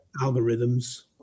algorithms